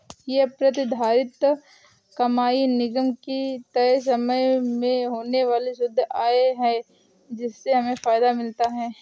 ये प्रतिधारित कमाई निगम की तय समय में होने वाली शुद्ध आय है जिससे हमें फायदा मिलता है